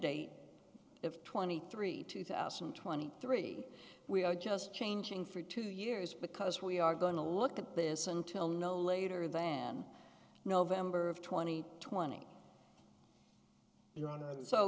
date of twenty three two thousand and twenty three we are just changing for two years because we are going to look at this until no later than november of twenty twenty you